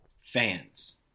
fans